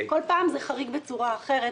כל פעם זה חריג בצורה אחרת.